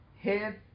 head